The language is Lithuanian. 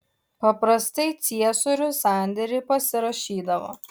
paprastai ciesorius sandėrį pasirašydavo